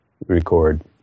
record